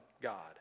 God